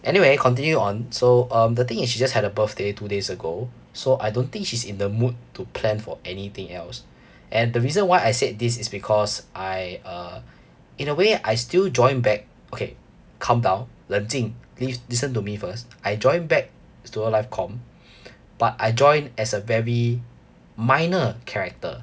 anyway continue on so um the thing is she just had her birthday two days ago so I don't think she's in the mood to plan for anything else and the reason why I said this is because I uh in a way I still join back okay calm down 冷静 please listen to me first I join back student life comm but I joined as a very minor character